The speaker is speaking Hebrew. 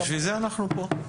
בשביל זה אנחנו פה.